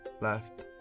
left